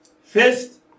First